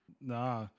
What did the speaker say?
nah